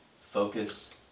focus